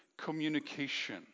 communication